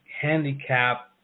handicap